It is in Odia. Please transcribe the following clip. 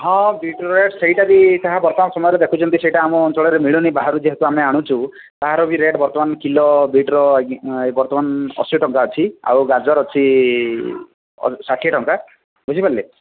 ହଁ ବିଟରେ ସେଇଟା ବି ତାହା ବର୍ତ୍ତମାନ ସମୟରେ ଦେଖୁଛନ୍ତି ସେଇଟା ଆମ ଅଞ୍ଚଳରେ ମିଳୁ ନାହିଁ ବାହାରୁ ଯେହେତୁ ଆମେ ଆଣୁଛୁ ତାହାର ବି ରେଟ ବର୍ତ୍ତମାନ କିଲୋ ବିଟର ବର୍ତ୍ତମାନ ଅଶୀ ଟଙ୍କା ଅଛି ଆଉ ଗାଜର ଅଛି ଷାଠିଏ ଟଙ୍କା ଵୁଝିପାରଲେ